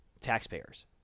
taxpayers